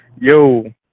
Yo